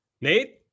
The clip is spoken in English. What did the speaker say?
Nate